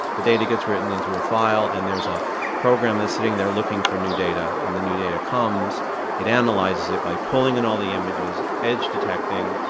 the data gets written into a file and there's a program that's sitting there looking for new data. when the new data comes it analyzes it by pulling in all the images, edge detecting,